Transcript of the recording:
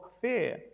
fear